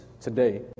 today